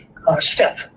step